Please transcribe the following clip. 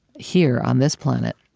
here on this planet,